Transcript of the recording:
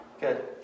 Good